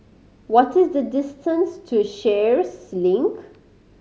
what is the distance to Sheares Link